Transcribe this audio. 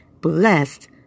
Blessed